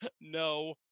No